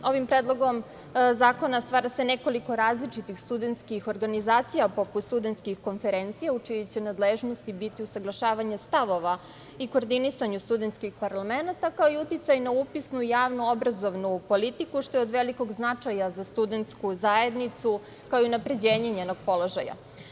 Ovim predlogom zakona stvara se nekoliko različitih studentskih organizacija, poput studentskih konferencija, u čijoj će nadležnosti biti usaglašavanje stavova i koordinisanje studentskih parlamenata, kao i uticaj na upisnu javno-obrazovnu politiku, što je od veliko značaja za studentsku zajednicu, kao i unapređenje njenog položaja.